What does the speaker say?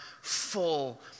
full